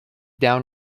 down